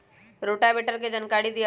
Rotavator के जानकारी दिआउ?